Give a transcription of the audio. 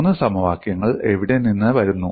മൂന്ന് സമവാക്യങ്ങൾ എവിടെ നിന്ന് വരുന്നു